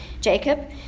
Jacob